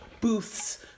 booths